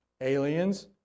aliens